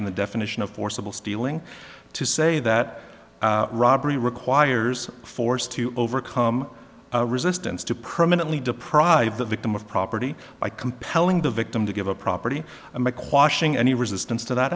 and the definition of forcible stealing to say that robbery requires force to overcome resistance to permanently deprive the victim of property by compelling the victim to give a property i'm aquash ing any resistance to that